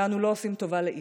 ואנו לא עושים טובה לאיש.